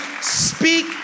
speak